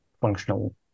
functional